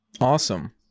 Awesome